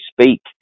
speak